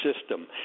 system